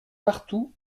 partout